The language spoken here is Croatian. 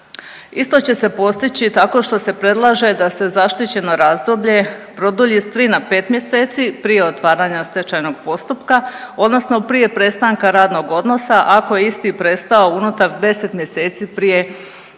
Isto će se postići tako što se predlaže da se zaštićeno razdoblje produlji s 3 na 5 mjeseci prije otvaranja stečajnog postupka odnosno prije prestanka radnog odnosa ako je isti prestao unutar 10 mjeseci prije otvaranja